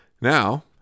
Now